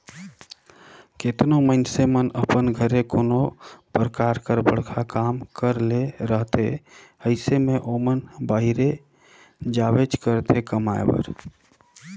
केतनो मइनसे मन अपन घरे कोनो परकार कर बड़खा काम करे ले रहथे अइसे में ओमन बाहिरे जाबेच करथे कमाए बर